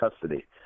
custody